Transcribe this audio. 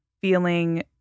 feeling